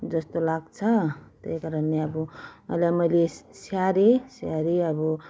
जस्तो लाग्छ त्यही कारणले अब उहाँलाई मैले स्याहारे स्याहारे अब